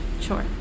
Sure